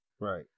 right